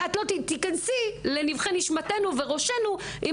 ואת לא תיכנסי לנבכי נשמתנו וראשנו אם